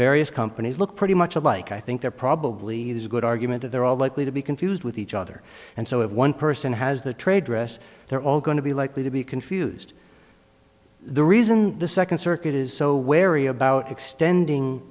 various companies look pretty much alike i think there probably is a good argument that they're all likely to be confused with each other and so if one person has the trade dress they're all going to be likely to be confused the reason the second circuit is so wary about extending